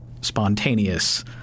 spontaneous